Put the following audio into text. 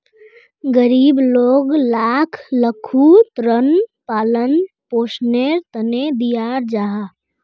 गरीब लोग लाक लघु ऋण पालन पोषनेर तने दियाल जाहा